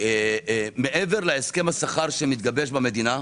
מעבר להסכם השכר שמתגבש במדינה,